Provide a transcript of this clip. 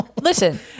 Listen